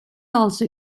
also